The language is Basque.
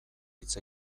hitz